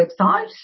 website